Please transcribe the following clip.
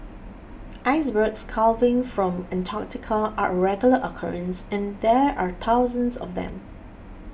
icebergs calving from Antarctica are a regular occurrence and there are thousands of them